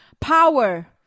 power